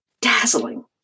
dazzling